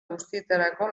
guztietarako